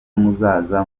muzaza